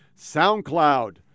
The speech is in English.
SoundCloud